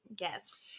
Yes